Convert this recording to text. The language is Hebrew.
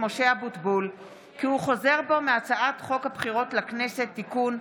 משה אבוטבול כי הוא חוזר בו מהצעת חוק הבחירות לכנסת (תיקון,